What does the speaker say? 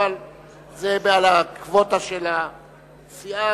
זה בקווטה של הסיעה,